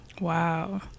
Wow